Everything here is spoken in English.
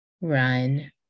run